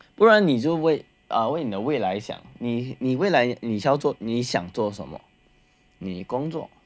不然你就为啊为你的未来想你你未来你做你想做什么你的工作